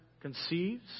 conceives